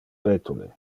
vetule